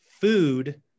food